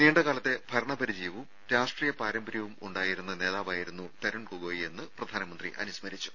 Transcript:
നീണ്ട കാലത്തെ ഭരണ പരിചയവും രാഷ്ട്രീയ പാരമ്പര്യവും ഉണ്ടായിരുന്ന നേതാവായിരുന്നു തരുൺ ഗൊഗോയിയെന്ന് പ്രധാനമന്ത്രി അനുസ്മരിച്ചു